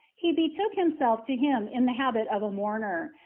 he betook himself to him in the habit of a mourner,